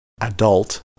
adult